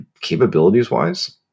Capabilities-wise